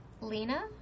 Lena